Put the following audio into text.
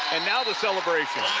and now the celebration.